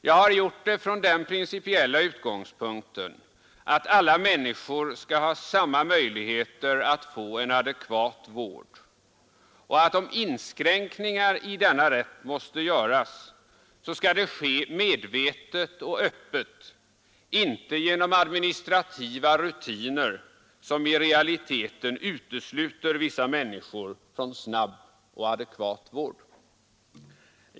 Jag har gjort det från den principiella utgångspunkten att alla människor skall ha samma möjligheter att få en adekvat vård, och om inskränkningar i denna rätt måste göras, så skall det ske medvetet och öppet, inte genom administrativa rutiner som i realiteten utesluter vissa människor från snabb och adekvat vård.